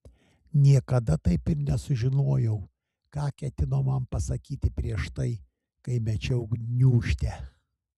niekada taip ir nesužinojau ką ketino man pasakyti prieš tai kai mečiau gniūžtę